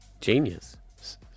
genius